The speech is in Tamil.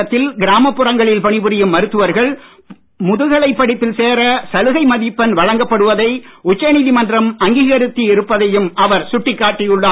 தமிழகத்தில் கிராமப்புறங்களில் பணி புரியும் மருத்துவர்கள் முதுகலை படிப்பில் சேர சலுகை மதிப்பெண் வழங்கப்படுவதை உச்ச நீதிமன்றம் அங்கீகரித்து இருப்பதையும் அவர் சுட்டிக் காட்டியுள்ளார்